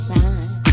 time